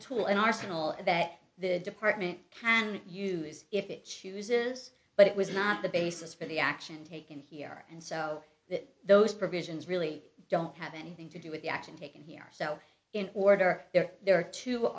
a tool an arsenal that the department can use if it chooses but it was not the basis for the action taken here and so that those provisions really don't have anything to do with the action taken here so in order here there are two